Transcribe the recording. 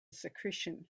secretion